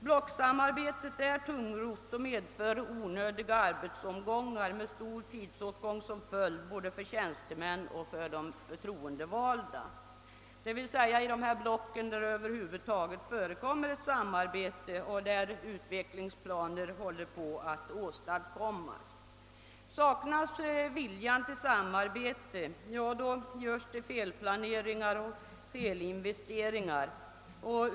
Blocksamarbetet är tungrott och medför onödiga arbetsomgångar med stor tidsåtgång som följd både för tjänstemän och för de förtroendevalda, d.v.s. i de block där det över huvud taget förekommer ett samarbete och där utvecklingsplaner håller på att åstadkommas. Saknas viljan till samarbete, ja, då görs det felplaneringar "och felinvesteringar.